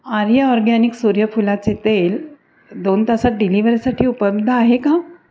आर्य organic सूर्यफुलाचे तेल दोन तासात डिलिव्हरीसाठी उपलब्ध आहे का